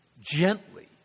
gently